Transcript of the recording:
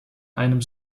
einem